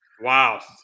Wow